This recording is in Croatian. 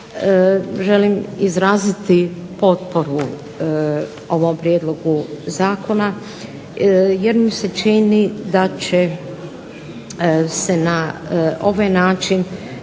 Želim izraziti potporu ovom prijedlogu zakona jer mi se čini da će se na ovaj način